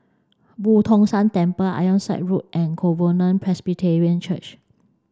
Boo Tong San Temple Ironside Road and Covenant Presbyterian Church